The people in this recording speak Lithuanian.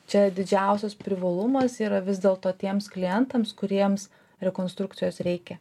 čia didžiausias privalumas yra vis dėlto tiems klientams kuriems rekonstrukcijos reikia